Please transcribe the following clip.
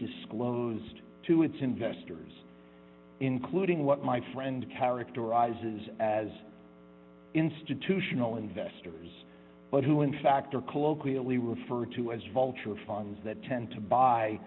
disclosed to its investors including what my friend characterizes as institutional investors but who in fact are colloquially referred to as vulture funds that tend to buy